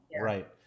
Right